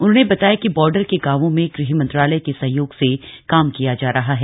उन्होंने बताया कि बार्डर के गांवों में गृहमंत्रालय के सहयोग से काम किया जा रहा है